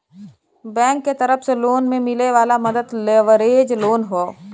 bank के तरफ से लोन में मिले वाला मदद लेवरेज लोन हौ